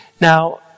Now